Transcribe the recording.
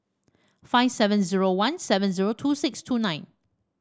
five seven zero one seven zero two six two nine